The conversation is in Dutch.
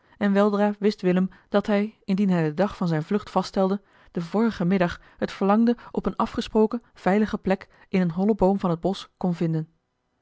willem roda wist willem dat hij indien hij den dag van zijne vlucht vaststelde den vorigen middag het verlangde op eene afgesproken veilige plek in een hollen boom van het bosch kon vinden